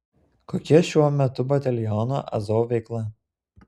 kokia šiuo metu bataliono azov veikla